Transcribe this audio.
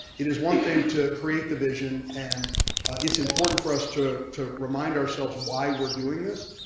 it is one thing to create the vision and it's important for us to to remind ourselves. why we're doing this.